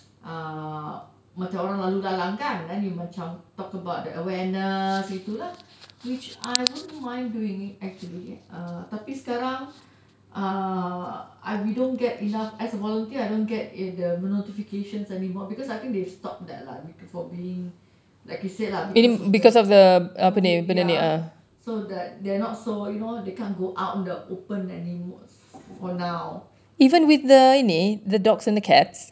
uh macam orang lalu-lalang kan then you macam talk about the awareness gitu lah which I wouldn't mind doing actually uh tapi sekarang uh we don't get enough as a volunteer I don't get the notifications anymore because I think they stopped that lah for being like you said lah because of the COVID ya so they're not so you know they can't go out in the open anymore for now